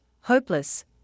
hopeless